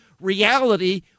reality